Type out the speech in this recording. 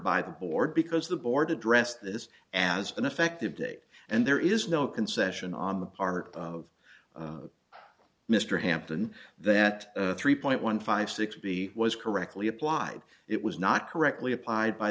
by the board because the board addressed this as an effective date and there is no concession on the part of mr hampton that three point one five six b was correctly applied it was not correctly applied by